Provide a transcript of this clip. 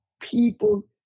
people